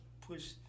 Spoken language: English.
push